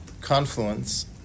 confluence